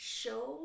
show